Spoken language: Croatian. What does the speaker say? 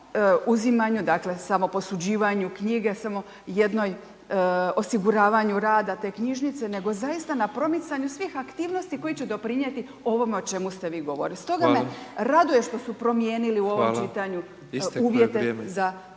uzimanju, dakle, samo posuđivanju knjige, samo jednoj, osiguravanju rada te knjižnice, nego zaista na promicanju svih aktivnosti koji će doprinjeti ovome o čemu ste vi govorili…/Upadica: Hvala/…Stoga me raduje što su promijenili…/Upadica: Hvala/…u